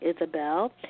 Isabel